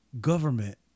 government